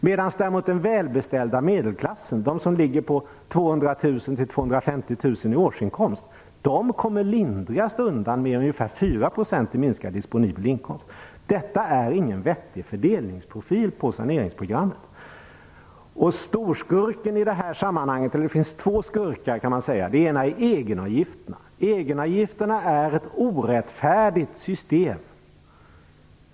Däremot kommer den välbeställda medelklassen, som har 200 000-250 000 kr i årsinkomst, lindrigast undan, med en minskning av den disponibla inkomsten på ungefär 4 %. Detta är inte en vettig fördelningsprofil på saneringsprogrammet. Det finns två skurkar i det här sammanhanget. Den ena skurken är egenavgifterna. Det är ett orättfärdigt system.